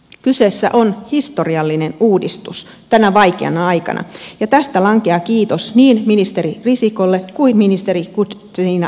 kyseessä on historiallinen uudistus tänä vaikeana aikana ja tästä lankeaa kiitos niin ministeri risikolle kuin ministeri guzenina richardsonille